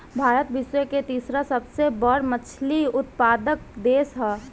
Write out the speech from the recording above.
भारत विश्व के तीसरा सबसे बड़ मछली उत्पादक देश ह